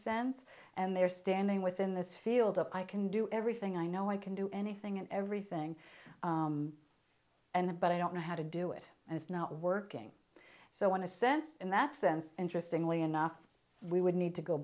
sense and they're standing within this field of i can do everything i know i can do anything and everything and but i don't know how to do it and it's not working so want to send in that sense interestingly enough we would need to go